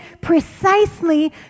precisely